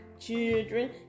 children